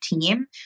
team